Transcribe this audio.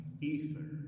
Ether